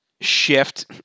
shift